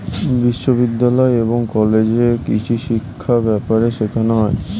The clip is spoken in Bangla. বিশ্ববিদ্যালয় এবং কলেজে কৃষিশিক্ষা ব্যাপারে শেখানো হয়